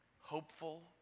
hopeful